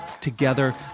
Together